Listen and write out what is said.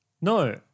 No